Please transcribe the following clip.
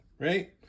Right